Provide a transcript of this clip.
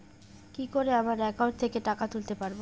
কি করে আমার একাউন্ট থেকে টাকা তুলতে পারব?